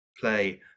play